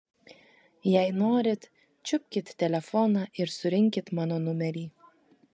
jei norit čiupkit telefoną ir surinkit mano numerį